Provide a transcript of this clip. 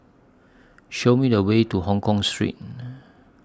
Show Me The Way to Hongkong Street